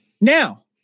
Now